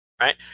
right